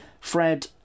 Fred